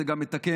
זה גם מתקן.